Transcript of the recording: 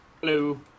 Hello